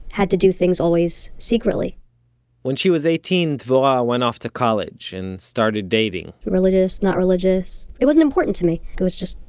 had to do things always secretly when she was eighteen, dvorah went off to college, and started dating religious, not religious. it wasn't important to me. like it was just,